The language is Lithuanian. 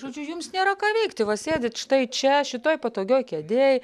žodžiu jums nėra ką veikti va sėdit štai čia šitoj patogioj kėdėj